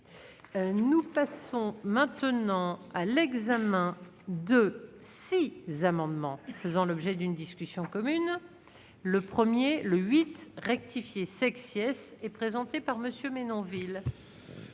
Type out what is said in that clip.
Nous passons maintenant à l'examen de si les amendements faisant l'objet d'une discussion commune le 1er le 8 rectifié, sexe, yes et présenté par Monsieur